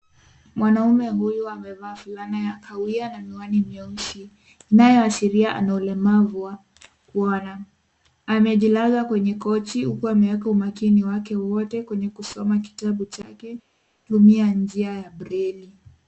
Mwanaume huyu amevaa fulana ya kahawia na miwani mieusi inayoashiria ana ulemavu wa kuona. Amejilaza kwenye kochi huku ameweka umakini wake wote kwenye kusoma kitabu chake kutumia njia ya breli.